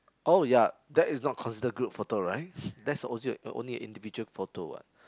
oh ya that is not considered group photo right that's on~ only a individual photo what